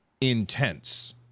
intense